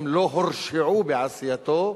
הם לא הורשעו בעשייתו,